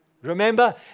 Remember